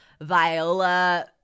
Viola